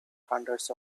hundreds